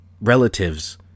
relatives